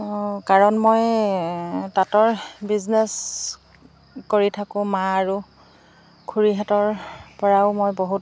কাৰণ মই তাঁতৰ বিজনেছ কৰি থাকোঁ মা আৰু খুৰীহঁতৰ পৰাও মই বহুত